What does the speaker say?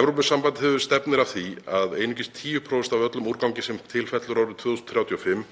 Evrópusambandið stefnir að því að einungis 10% af öllum úrgangi sem til fellur árið 2035